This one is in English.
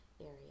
area